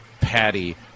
patty